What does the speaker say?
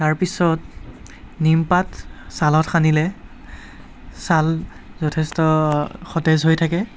তাৰ পিছত নিম পাত চালত সানিলে চাল যথেষ্ট সতেজ হৈ থাকে